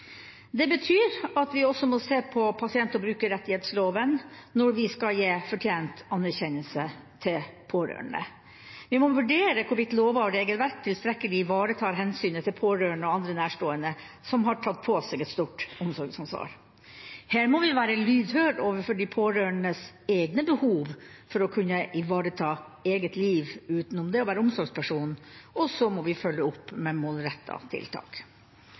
Det betyr at vi også må se på pasient- og brukerrettighetsloven når vi skal gi fortjent anerkjennelse til pårørende. Vi må vurdere hvorvidt lover og regelverk tilstrekkelig ivaretar hensynet til pårørende og andre nærstående som har tatt på seg et stort omsorgsansvar. Her må vi være lydhøre overfor de pårørendes egne behov for å kunne ivareta eget liv utenom det å være omsorgsperson, og så må vi følge opp med målrettede tiltak.